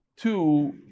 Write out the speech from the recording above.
two